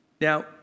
Now